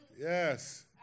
Yes